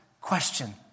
question